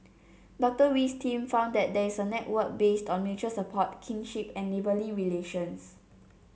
Docter Wee's team found that there is a network based on mutual support kinship and neighbourly relations